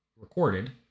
recorded